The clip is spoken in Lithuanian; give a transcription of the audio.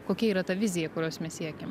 kokia yra ta vizija kurios mes siekiam